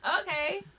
Okay